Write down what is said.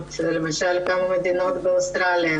מדינות כמה מדינות באוסטרליה